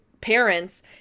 parents